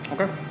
Okay